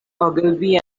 ogilvy